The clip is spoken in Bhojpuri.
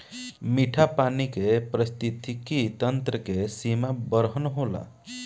मीठा पानी के पारिस्थितिकी तंत्र के सीमा बरहन होला